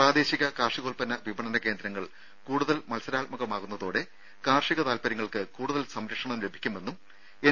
പ്രാദേശിക കാർഷികോൽപ്പന്ന വിപണന കേന്ദ്രങ്ങൾ കൂടുതൽ മത്സരാത്മകമാവുന്നതോടെ കാർഷിക താൽപര്യങ്ങൾക്ക് കൂടുതൽ സംരക്ഷണം ലഭിക്കുമെന്നും എൻ